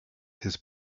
his